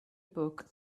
book